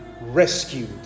rescued